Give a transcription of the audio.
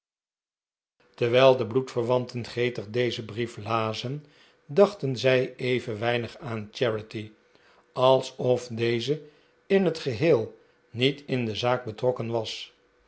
terwijl de bloedverwanten gretig dezen brief lazen dachten zij even weinig aan charity als of deze in het geheel niet in de zaak betrokken was